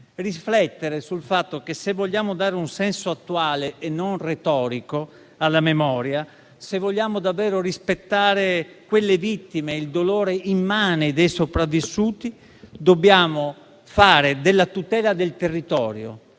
riflettere sul fatto che, se vogliamo dare un senso attuale e non retorico alla memoria, e se vogliamo davvero rispettare quelle vittime e il dolore immane dei sopravvissuti, dobbiamo fare della tutela del territorio,